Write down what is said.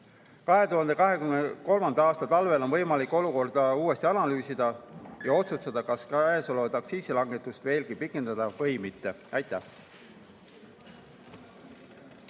2023. aasta talvel on võimalik olukorda uuesti analüüsida ja otsustada, kas käesolevat aktsiisilangetust veelgi pikendada või mitte. Aitäh!